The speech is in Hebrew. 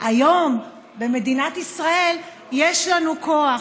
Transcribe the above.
היום במדינת ישראל יש לנו כוח.